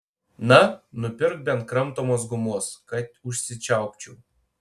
na nupirk bent kramtomos gumos kad užsičiaupčiau